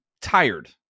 tired